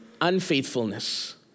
unfaithfulness